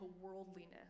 worldliness